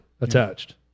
attached